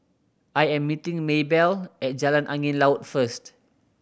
I am meeting Maybelle at Jalan Angin Laut first